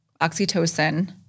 Oxytocin